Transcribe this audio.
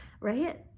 right